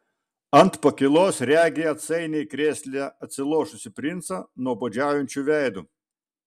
ant pakylos regi atsainiai krėsle atsilošusį princą nuobodžiaujančiu veidu